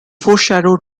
foreshadowed